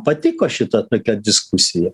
patiko šita tokia diskusija